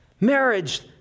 marriage